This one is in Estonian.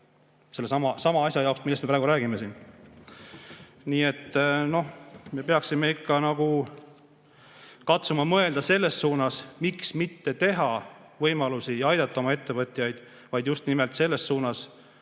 sellesama asja jaoks, millest me praegu räägime. Nii et me peaksime ikka katsuma mõelda mitte selles suunas, miks mitte teha võimalusi ja aidata oma ettevõtjaid, vaid just nimelt selles suunas,